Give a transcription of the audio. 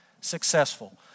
successful